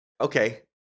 Okay